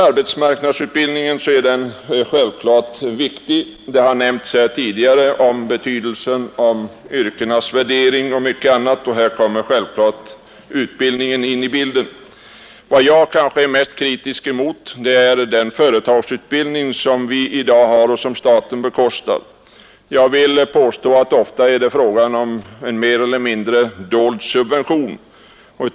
Arbetsmarknadsutbildningen är naturligtvis viktig. Det har tidigare här talats om betydelsen av yrkenas värdering och mycket annat sådant, och här kommer givetvis även utbildningen in i bilden. Vad jag är mest kritisk mot är den företagsutbildning som vi har i dag och som staten bekostar. Jag vill påstå att det ofta är fråga om en mer eller mindre dold subvention.